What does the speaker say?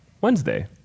Wednesday